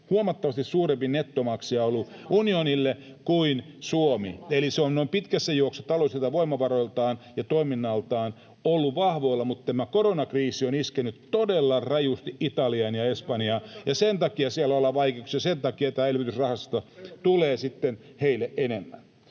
[Mika Niikko: Niin, jäsenmaksuissa!] unionille kuin Suomi. Eli se on pitkässä juoksussa taloudellisilta voimavaroiltaan ja toiminnaltaan ollut vahvoilla, mutta tämä koronakriisi on iskenyt todella rajusti Italiaan ja Espanjaan, [Toimi Kankaanniemen välihuuto] ja sen takia siellä ollaan vaikeuksissa, ja sen takia tästä elvytysrahasta tulee sitten heille enemmän.